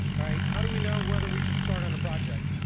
alright. how do we know whether we should start on a project?